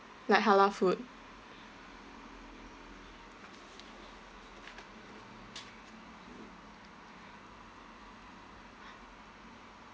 like halal food